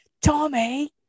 Tommy